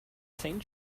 saint